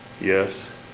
Yes